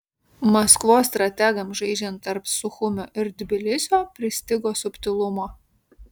maskvos strategams žaidžiant tarp suchumio ir tbilisio pristigo subtilumo